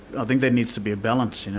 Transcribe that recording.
i think there needs to be a balance, you know,